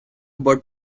but